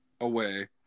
away